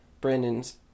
Brandon's